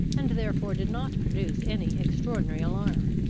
and therefore did not produce any extraordinary alarm.